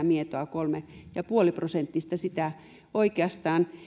mietoa kolme pilkku viisi prosenttista sitä oikeastaan